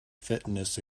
fitness